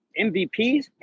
MVPs